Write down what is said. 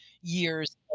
years